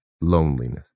Loneliness